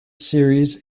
series